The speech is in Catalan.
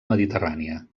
mediterrània